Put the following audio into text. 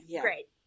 great